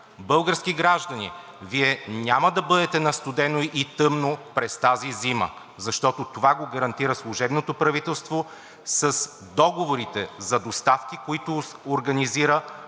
Български граждани, Вие няма да бъдете на студено и тъмно през тази зима, защото това го гарантира служебното правителство с договорите за доставки, които организира,